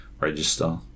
register